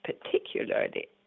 particularly